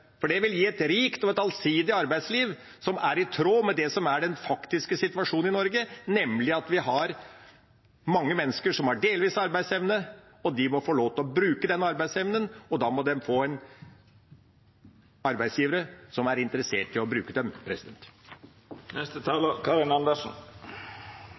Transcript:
for det vil gi et rikt og allsidig arbeidsliv som er i tråd med det som er den faktiske situasjonen i Norge, nemlig at vi har mange mennesker som har delvis arbeidsevne. De må få lov til å bruke den arbeidsevnen, og da må de få arbeidsgivere som er interessert i å bruke dem.